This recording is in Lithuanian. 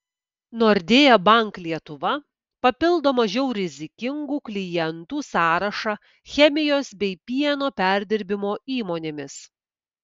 nordea bank lietuva papildo mažiau rizikingų klientų sąrašą chemijos bei pieno perdirbimo įmonėmis